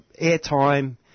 airtime